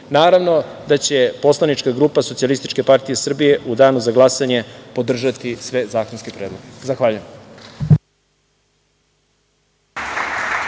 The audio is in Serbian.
da će poslanička grupa Socijalističke partije Srbije u danu za glasanje podržati sve zakonske predloge. Zahvaljujem.